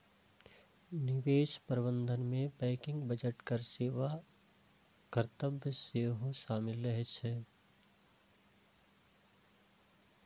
निवेश प्रबंधन मे बैंकिंग, बजट, कर सेवा आ कर्तव्य सेहो शामिल रहे छै